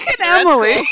Emily